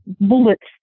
bullets